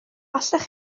allech